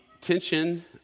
tension